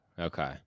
Okay